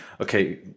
okay